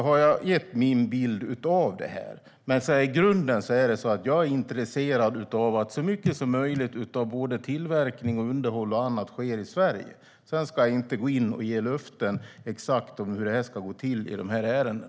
I grunden är det dock så att jag är intresserad av att så mycket som möjligt av både tillverkning, underhåll och annat sker i Sverige. Sedan ska jag inte gå in och ge löften om exakt hur det ska gå till i dessa ärenden.